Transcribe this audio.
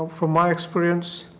from my experience